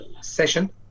session